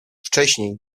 wcześniej